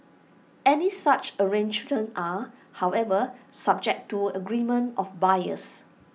any such arrangements are however subject to agreement of buyers